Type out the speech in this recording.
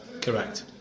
Correct